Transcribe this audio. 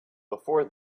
before